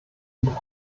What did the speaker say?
und